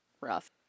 rough